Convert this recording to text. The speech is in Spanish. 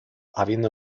habiendo